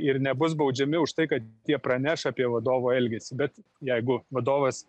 ir nebus baudžiami už tai kad tie praneš apie vadovų elgesį bet jeigu vadovas